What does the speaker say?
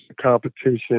competition